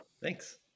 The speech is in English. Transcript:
Thanks